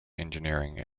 engineering